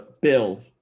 Bill